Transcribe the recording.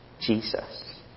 Jesus